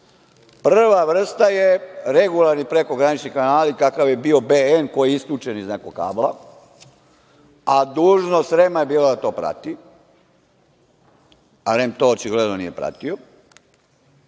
Prva vrsta je regularni prekogranični kanali, kakav je bio „BN“ koji je isključen iz nekog kabla, a dužnost REM-a je bila da to prati, a REM to očigledno nije pratio.